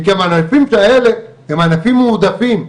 מכיוון שהענפים האלה הם ענפים מועדפים.